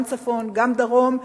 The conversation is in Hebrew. גם צפון גם דרום,